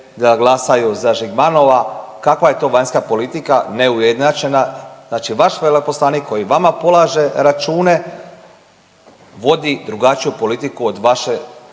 da glasaju za Žigmanova. Kakav je to vanjska politika neujednačena. Znači vaš veleposlanik koji vama polaže račune vodi drugačiju politiku od vašeg